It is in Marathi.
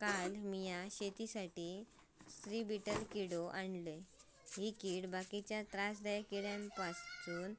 काल मी शेतीसाठी स्त्री बीटल किडो आणलय, ही कीड बाकीच्या त्रासदायक किड्यांपासून